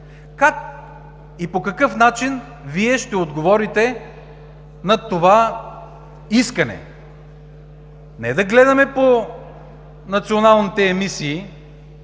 Как и по какъв начин Вие ще отговорите на това искане? Не да гледаме по националните емисии